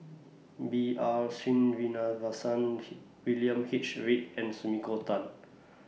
B R Sreenivasan William H Read and Sumiko Tan